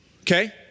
Okay